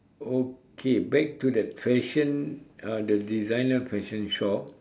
okay back to that fashion uh the designer fashion shop